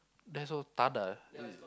that's so